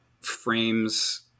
frames